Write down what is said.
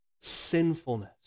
sinfulness